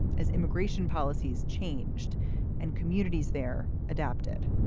as immigration policies changed and communities there adapted,